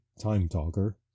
time-talker